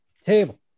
table